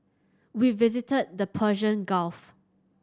we visited the Persian Gulf